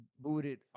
booted